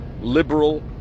liberal